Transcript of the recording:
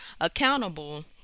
accountable